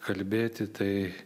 kalbėti tai